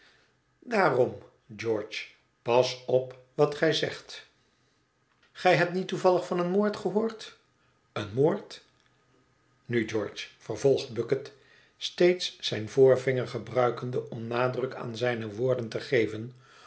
daarom george pas op wat gij zegt gij hebt niet toevallig van een moord gehoord een moord nu george vervolgt bucket steeds zijn voorvinger gebruikende om nadruk aan zijne woorden te geven